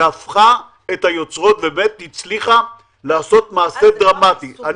שהפכה את היוצרות ובאמת הצליחה לעשות מעשה דרמטי?